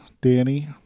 Danny